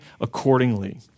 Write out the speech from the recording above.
accordingly